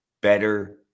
better